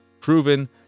proven